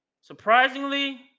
surprisingly